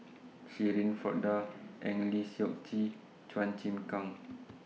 Shirin Fozdar Eng Lee Seok Chee Chua Chim Kang